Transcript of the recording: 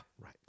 Right